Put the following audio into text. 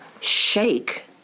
shake